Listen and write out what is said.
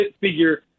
figure